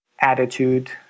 attitude